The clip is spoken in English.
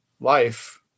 life